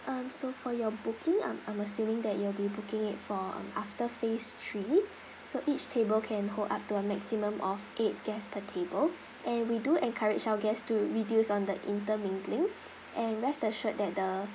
um so for your booking I'm I'm assuming that you'll be booking it for um after phase three so each table can hold up to a maximum of eight guest per table and we do encourage our guest to reduce on the intermingling and rest assured that the